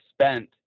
spent